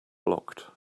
blocked